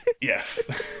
Yes